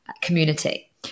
community